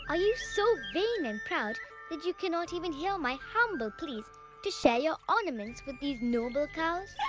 are you so vain and proud that you cannot even hear my humble pleas to share your ornaments with these noble cows?